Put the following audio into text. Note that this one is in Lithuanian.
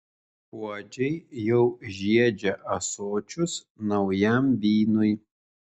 puodžiai jau žiedžia ąsočius naujam vynui